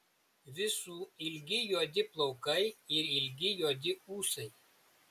visų ilgi juodi plaukai ir ilgi juodi ūsai